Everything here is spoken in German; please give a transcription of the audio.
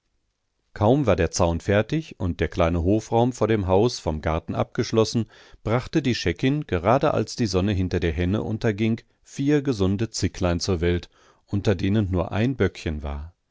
kaum war der zaun fertig und der kleine hofraum vor dem haus vom garten abgeschlossen brachte die scheckin gerade als die sonne hinter der henne unterging vier gesunde zicklein zur welt unter denen nur ein böckchen war